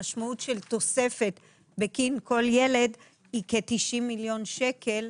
המשמעות של תוספת בגין כל ילד היא כ-90 מיליון שקלים.